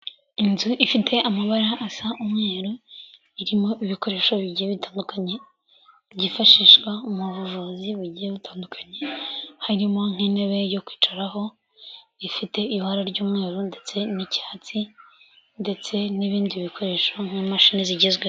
Inzu ifite amabara asa umweru, irimo ibikoresho bibiri bitandukanye byifashishwa mu buvuzi bugiye butandukanye, harimo nk'intebe yo kwicaraho ifite ibara ry'umweru ndetse n'icyatsi ndetse n'ibindi bikoresho nk'imashini zigezweho.